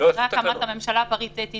אחרי הקמת הממשלה הפריטטית